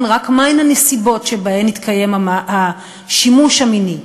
רק מהן הנסיבות שבהן התקיים השימוש המיני.